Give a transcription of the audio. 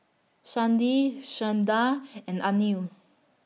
Chandi Sundar and Anil